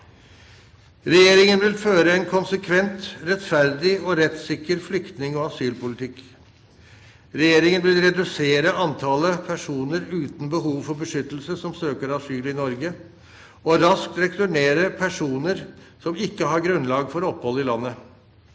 Regjeringen vil føre en konsekvent, rettferdig og rettssikker flyktning- og asylpolitikk. Regjeringen vil redusere antallet personer uten behov for beskyttelse som søker asyl i Norge, og raskt returnere personer som ikke har grunnlag for opphold i landet.